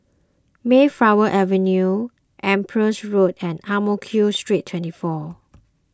Mayflower Avenue Empress Road and Ang Mo Kio Street twenty four